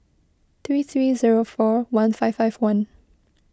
three three zero four one five five one